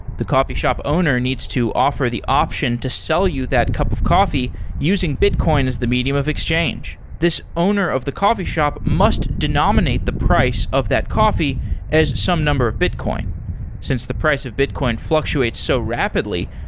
the coffee shop owner needs to offer the option to sell you that cup of coffee using bitcoin as the medium of exchange. this owner of the coffee shop must denominate the price of that coffee as some number of bitcoin since the price of bitcoin fluctuates so rapidly,